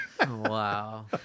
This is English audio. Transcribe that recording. Wow